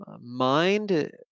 mind